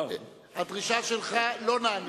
הדרישה שלך לא נענית.